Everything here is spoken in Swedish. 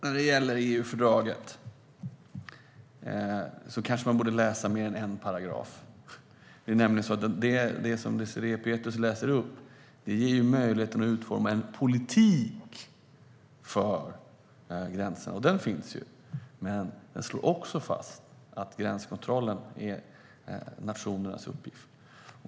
När det gäller EU-fördraget kanske man borde läsa mer än en paragraf. Det som Désirée Pethrus läser upp ger möjligheten att utforma en politik för gränskontrollen, och den finns ju. Men det slås också fast att gränskontrollen är nationernas uppgift.